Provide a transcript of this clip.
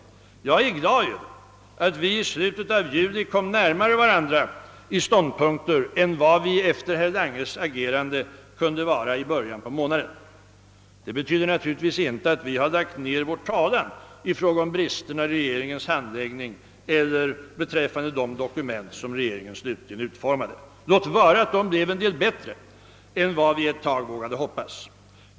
Jag är glad över att vi i slutet av juli kom närmare varandra i ståndpunkter än vad vi efter herr Langes agerande var i början av månaden. Detta betyder naturligtvis inte att vi har lagt ned vår talan beträffande bristerna i regeringens handläggning eller beträffande de dokument som regeringen slutligen utformade — låt vara att de blev något bättre än vad vi ett tag vågade hoppas.